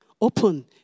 open